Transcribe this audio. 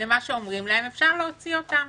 למה שאומרים להם, אפשר להוציא אותם